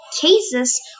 cases